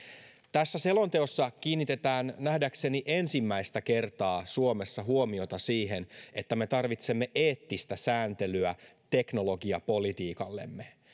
tässä selonteossa kiinnitetään nähdäkseni ensimmäistä kertaa suomessa huomiota siihen että me tarvitsemme eettistä sääntelyä teknologiapolitiikallemme